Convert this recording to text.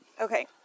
okay